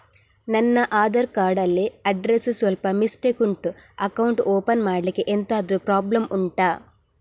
ನನ್ನ ಆಧಾರ್ ಕಾರ್ಡ್ ಅಲ್ಲಿ ಅಡ್ರೆಸ್ ಸ್ವಲ್ಪ ಮಿಸ್ಟೇಕ್ ಉಂಟು ಅಕೌಂಟ್ ಓಪನ್ ಮಾಡ್ಲಿಕ್ಕೆ ಎಂತಾದ್ರು ಪ್ರಾಬ್ಲಮ್ ಉಂಟಾ